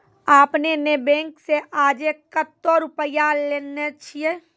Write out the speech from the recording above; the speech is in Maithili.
आपने ने बैंक से आजे कतो रुपिया लेने छियि?